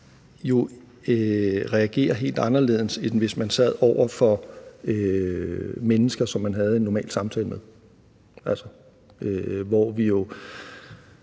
reagerer helt anderledes, end hvis man sad over for mennesker, som man havde en normal samtale med. Altså, der er jo